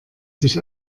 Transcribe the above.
sich